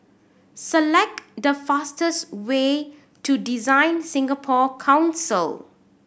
select the fastest way to DesignSingapore Council